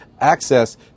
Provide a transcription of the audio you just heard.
access